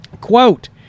Quote